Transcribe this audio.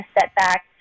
setback